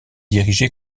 dirigé